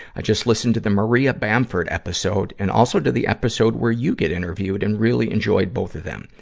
i just listened to the maria bamford episode and also to the episode where you get interviewed and really enjoyed both of them.